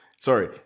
Sorry